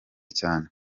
cyane